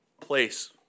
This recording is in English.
place